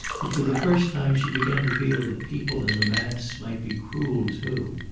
but for the first time she began to feel that people in the mass might be cruel, too.